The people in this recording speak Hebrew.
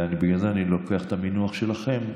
ובגלל זה אני לוקח את המינוח שלכם.